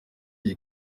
iyi